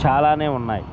చాలానే ఉన్నాయి